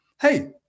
Hey